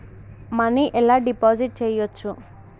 Money ఎలా deposit చేయచ్చు?